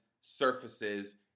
surfaces